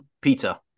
Peter